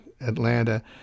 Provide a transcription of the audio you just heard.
Atlanta